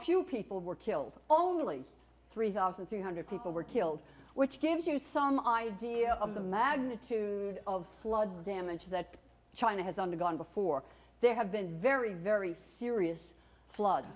few people were killed only three thousand three hundred people were killed which gives you some idea of the magnitude of flood damage that china has undergone before there have been very very serious